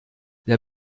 der